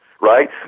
right